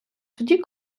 тоді